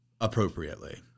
appropriately